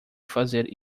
fazer